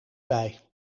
bij